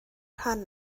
rhan